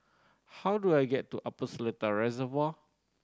how do I get to Upper Seletar Reservoir